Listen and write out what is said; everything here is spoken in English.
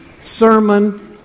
sermon